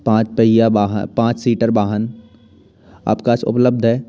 पाँच पहिया पाँच सीटर वाहन आपके पास उपलब्ध है